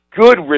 good